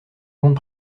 grande